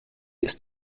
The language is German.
ist